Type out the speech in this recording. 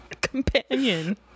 companion